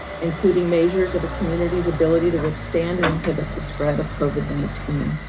including measures of a community's ability to withstand and inhibit the spread of covid nineteen.